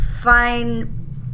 fine